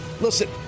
Listen